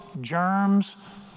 germs